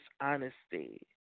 honesty